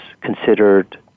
considered